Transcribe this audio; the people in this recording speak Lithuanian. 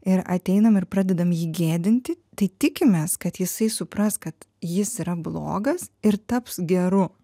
ir ateinam ir pradedam jį gėdinti tai tikimės kad jisai supras kad jis yra blogas ir taps geru